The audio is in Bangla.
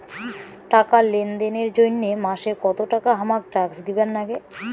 টাকা লেনদেন এর জইন্যে মাসে কত টাকা হামাক ট্যাক্স দিবার নাগে?